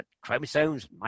chromosomes